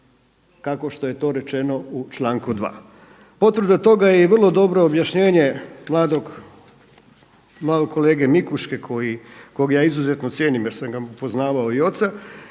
kao što je to rečeno u članku 2. Potvrda toga je i vrlo dobro objašnjenje mladog kolege Mikuške, kojega ja izuzetno cijenim jer sam mu poznavao i oca